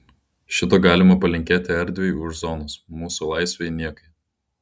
šito galima palinkėti erdvei už zonos mūsų laisvei niekai